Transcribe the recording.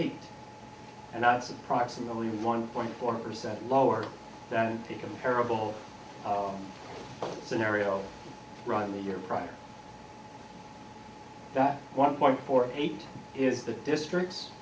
eight and that's approximately one point four percent lower than the comparable scenario run in the year prior that one point four eight is the district